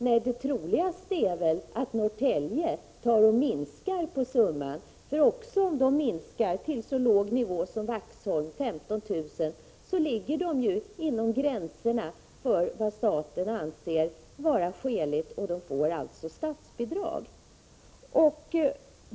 Nej, det troligaste är väl att Norrtälje minskar sin summa. För även om man minskar till en lika låg nivå som Vaxholm, 15 000, ligger man inom gränserna för vad staten anser vara skäligt och får alltså statsbidrag.